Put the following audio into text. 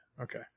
okay